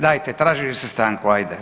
Dajte, tražili ste stanku, ajde.